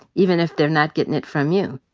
even if they're not getting it from you.